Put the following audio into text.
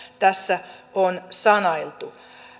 tässä on sanailtu